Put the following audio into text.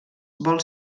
vol